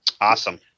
Awesome